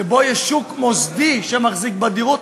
שיש שוק מוסדי שמחזיק בדירות,